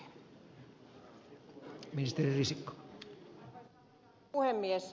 arvoisa puhemies